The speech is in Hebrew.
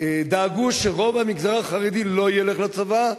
דאגו שרוב המגזר החרדי לא ילך לצבא,